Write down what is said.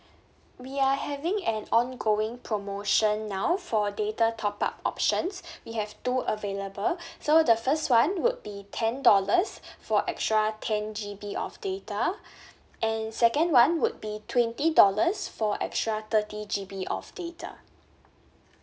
we are having an ongoing promotion now for data top up options we have two available so the first [one] would be ten dollars for extra ten G_B of data and second [one] would be twenty dollars for extra thirty G_B of data